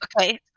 Okay